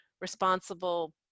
responsible